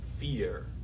fear